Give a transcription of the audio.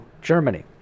Germany